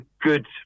good